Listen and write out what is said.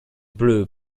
bleues